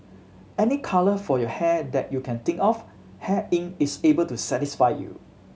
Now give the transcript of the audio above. any colour for your hair that you can think of Hair Inc is able to satisfy you